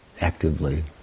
actively